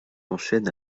enchaîne